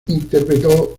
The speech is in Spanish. interpretó